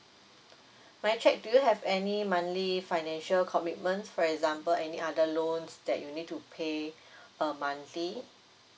may I check do you have any monthly financial commitments for example any other loans that you need to pay uh monthly